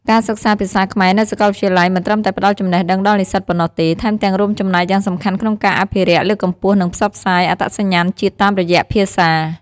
ការសិក្សាភាសាខ្មែរនៅសាកលវិទ្យាល័យមិនត្រឹមតែផ្តល់ចំណេះដឹងដល់និស្សិតប៉ុណ្ណោះទេ ថែមទាំងរួមចំណែកយ៉ាងសំខាន់ក្នុងការ អភិរក្ស លើកកម្ពស់ និង ផ្សព្វផ្សាយ អត្តសញ្ញាណជាតិតាមរយៈភាសា។